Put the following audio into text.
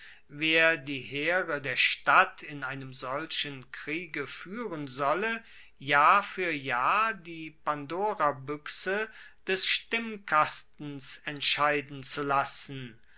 wer die heere der stadt in einem solchen kriege fuehren solle jahr fuer jahr die pandorabuechse des stimmkastens entscheiden zu lassen